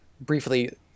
briefly